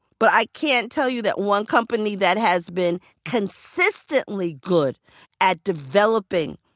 but i can't tell you that one company that has been consistently good at developing